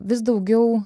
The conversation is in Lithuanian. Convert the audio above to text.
vis daugiau